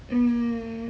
mm